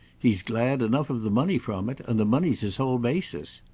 he's glad enough of the money from it, and the money's his whole basis.